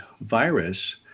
virus